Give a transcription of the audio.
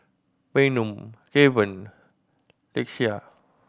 Bynum Kevan Lakeshia